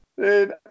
Dude